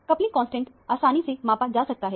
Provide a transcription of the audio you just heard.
coupling constant आसानी से मापा जा सकता है